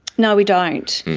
no, we don't.